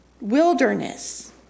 wilderness